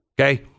Okay